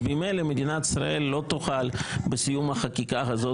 אז ממילא מדינת ישראל בסיום החקיקה הזאת,